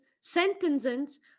sentences